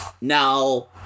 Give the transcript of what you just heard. Now